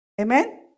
Amen